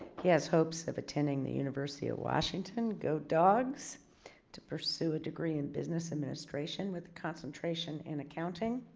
he has hopes of attending the university of washington. go dogs to pursue a degree in business administration with concentration in accounting.